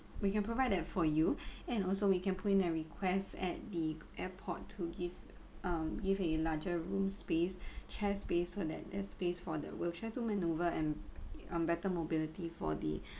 we can provide that for you and also we can put in a request at the airport to give um give a larger room space chairs based on that airspace for that wheelchair to maneuver and um better mobility for the